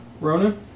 Ronan